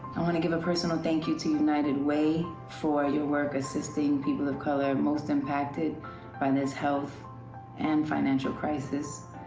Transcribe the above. i want to give a personal thank you to united way for their work assisting people of color most impacted by this health and financial crisis,